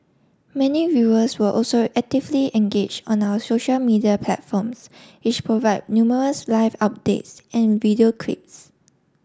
many viewers were also actively engage on our social media platforms which provide numerous live updates and video clips